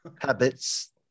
habits